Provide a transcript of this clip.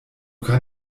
kann